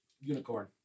Unicorn